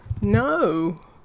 No